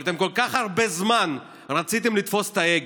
אבל אתם כל כך הרבה זמן רציתם לתפוס את ההגה,